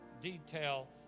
detail